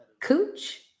cooch